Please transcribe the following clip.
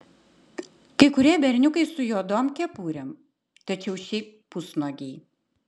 kai kurie berniukai su juodom kepurėm tačiau šiaip pusnuogiai